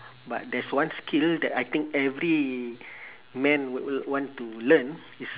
but there's one skill that I think every man would want to learn is